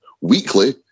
weekly